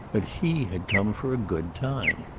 but he had come for a good time.